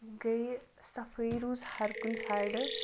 گٔیہِ صَفٲیی روٗز ہر کُنہ سایڈٕ